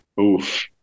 Oof